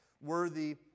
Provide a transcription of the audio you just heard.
worthy